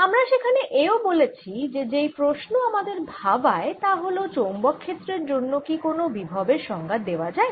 আমরা সেখানে এও বলেছি যে যেই প্রশ্ন আমাদের ভাবায় তা হল চৌম্বক ক্ষেত্রের জন্য কি কোন বিভবের সংজ্ঞা দেওয়া যায়